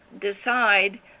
decide